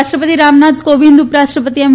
રાષ્ટ્રપતિ રામનાથ કોવિંદ ઉપરાષ્ટ્રપતિ એમ